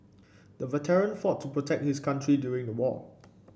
the veteran fought to protect his country during the war